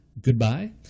goodbye